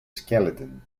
skeleton